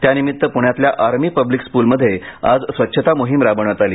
त्यानिमित्त पुण्यातल्या army public स्कूलमध्ये आज स्वच्छता मोहिम राबविण्यात आली